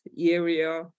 area